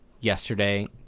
Yesterday